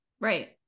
right